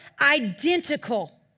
identical